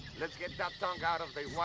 let's get that tongue out of